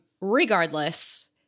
Regardless